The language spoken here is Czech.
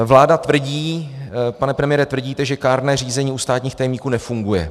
Vláda tvrdí, pane premiére, tvrdíte, že kárné řízení u státních tajemníků nefunguje.